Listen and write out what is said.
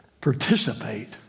participate